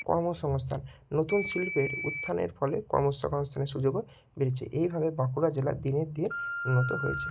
কর্মসংস্থান নতুন শিল্পের উত্থানের ফলে কর্মসংস্থানের সুযোগও মিলছে এইভাবে বাঁকুড়া জেলা দিনে দিনে উন্নত হয়েছে